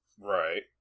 Right